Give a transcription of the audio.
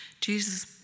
Jesus